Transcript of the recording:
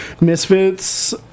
Misfits